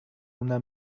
una